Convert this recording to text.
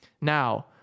Now